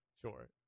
Sure